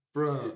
Bro